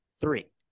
three